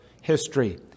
history